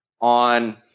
on